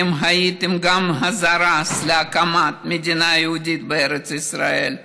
אתם הייתם גם הזרז להקמת מדינה יהודית בארץ ישראל.